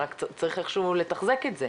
רק צריך איכשהו לתחזק את זה.